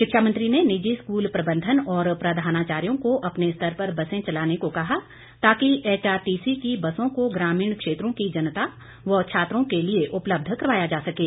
शिक्षा मंत्री ने निजी स्कूल प्रबंधन और प्राधानाचार्यो को अपने स्तर पर बसें चलाने को कहा ताकि एचआरटीसी की बसों को ग्रामीण क्षेत्रों की जनता व छात्रों के लिए उपलब्ध करवाया जा सकें